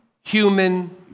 human